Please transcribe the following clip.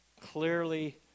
clearly